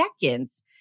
seconds